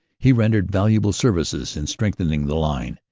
he rendered valuable services in strengthening the line,